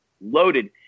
loaded